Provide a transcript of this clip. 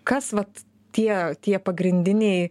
kas vat tie tie pagrindiniai